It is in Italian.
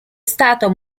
stato